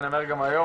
אני אומר גם היום,